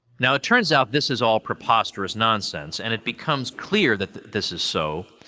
now, it turns out this is all preposterous nonsense, and it becomes clear that this is so,